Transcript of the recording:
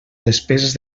despeses